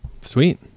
sweet